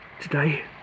today